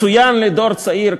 מצוין לדור צעיר,